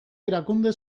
erakunde